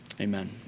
Amen